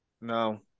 No